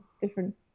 different